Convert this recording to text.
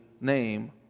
name